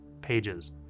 pages